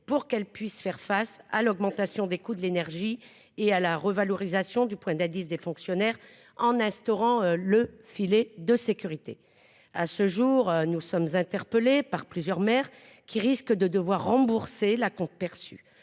pour qu'elle puisse faire face à l'augmentation des coûts de l'énergie et à la revalorisation du point d'indice des fonctionnaires en instaurant le filet de sécurité. À ce jour nous sommes interpellés par plusieurs maires qui risque de devoir rembourser la ont perçu.